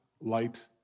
light